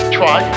try